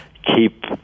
keep